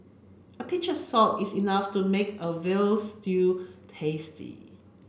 a pinch of salt is enough to make a veal stew tasty